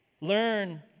Learn